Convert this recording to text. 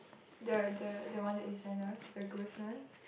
the the the one that you sent us the goose one